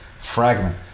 fragment